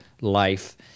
life